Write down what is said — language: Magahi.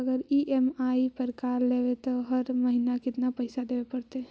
अगर ई.एम.आई पर कार लेबै त हर महिना केतना पैसा देबे पड़तै?